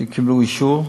שקיבלו אישור.